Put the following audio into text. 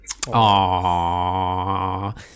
Aww